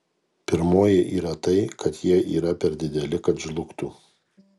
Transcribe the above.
pirmoji yra tai kad jie yra per dideli kad žlugtų